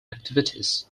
activities